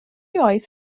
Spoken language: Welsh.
oedd